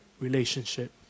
relationship